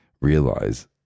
realize